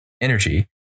energy